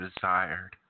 desired